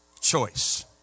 choice